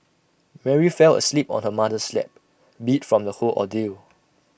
Mary fell asleep on her mother's lap beat from the whole ordeal